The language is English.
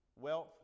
wealth